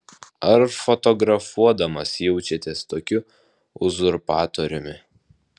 ar fotografuodamas jaučiatės tokiu uzurpatoriumi